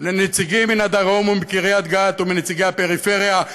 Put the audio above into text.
לנציגים מהדרום ומקריית גת, ונציגי הפריפריה.